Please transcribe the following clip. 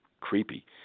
creepy